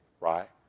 right